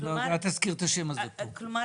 כלומר